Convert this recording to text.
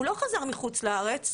הוא לא חזר מחוץ לארץ,